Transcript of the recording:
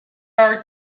are